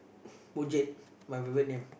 boncet my favourite name